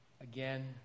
again